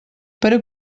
para